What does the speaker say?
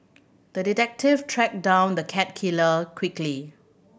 the detective tracked down the cat killer quickly